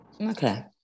Okay